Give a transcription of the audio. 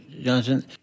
Johnson